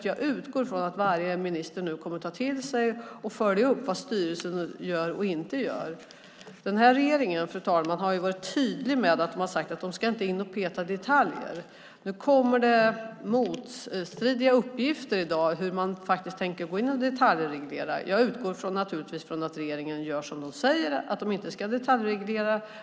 Jag utgår från att varje minister nu kommer att ta till sig och följa upp vad styrelsen gör och inte gör. Den här regeringen, fru talman, har varit tydlig med att säga att den inte ska gå in och peta i detaljer. Nu kommer det motstridiga uppgifter i dag om hur man faktiskt tänker gå in och detaljreglera. Jag utgår naturligtvis från att regeringen gör som den säger och inte detaljreglerar.